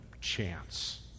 chance